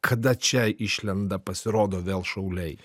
kada čia išlenda pasirodo vėl šauliai